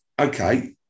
okay